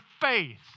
faith